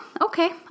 okay